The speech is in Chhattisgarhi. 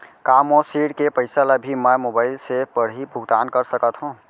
का मोर ऋण के पइसा ल भी मैं मोबाइल से पड़ही भुगतान कर सकत हो का?